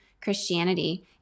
Christianity